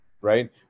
right